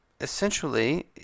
essentially